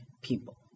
people